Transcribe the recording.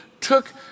took